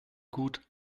gut